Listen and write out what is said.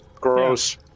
Gross